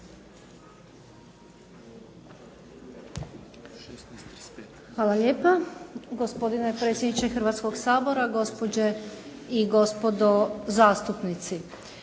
Hvala lijepa, gospodine predsjedniče Hrvatskoga sabora, gospođe i gospodo zastupnici.